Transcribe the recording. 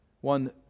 One